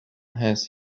has